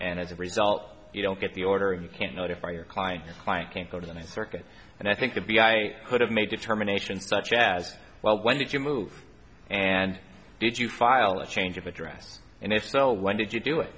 and as a result you don't get the order you can't notify your client client can't go to the ninth circuit and i think could be i could have made determination such as well when did you move and did you file a change of address and if so why did you do it